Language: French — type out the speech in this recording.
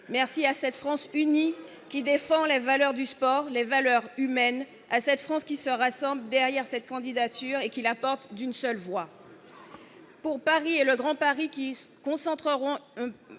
merci à cette France unie, qui défend les valeurs du sport, les valeurs humaines à cette France qui se rassemble derrière cette candidature et qui la porte d'une seule voix. Pour Paris et le Grand Paris, qui se concentreront